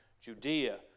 Judea